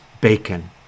Bacon